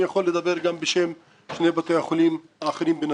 יכול לדבר גם בשם שני בתי החולים האחרים בנצרת.